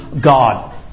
God